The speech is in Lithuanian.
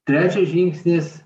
trečias žingsnis